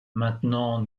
maintenant